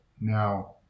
Now